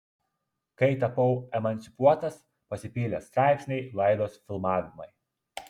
kai tapau emancipuotas pasipylė straipsniai laidos filmavimai